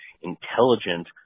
intelligent